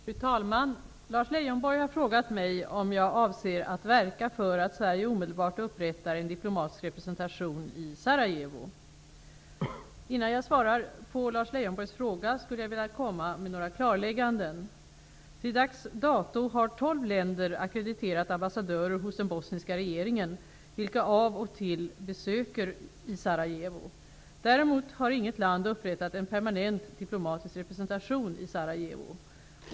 Fru talman! Lars Leijonborg har frågat mig om jag avser att verka för att Sverige omedelbart upprättar en diplomatisk representation i Sarajevo. Innan jag svarar på Lars Leijonborgs fråga skulle jag vilja komma med några klarlägganden. Till dags dato har tolv länder ackrediterat ambassadörer hos den bosniska regeringen, vilka av och till besöker Sarajevo. Däremot har inget land upprättat en permanent diplomatisk representation i Sarajevo.